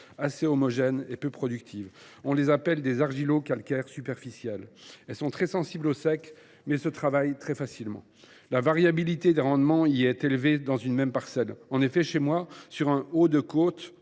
assez homogène et peu productive. On appelle ces sols des argilocalcaires superficiels. Ils sont très sensibles au sec, mais se travaillent très facilement. La variabilité des rendements y est élevée dans une même parcelle. Chez moi, sur un haut de côte,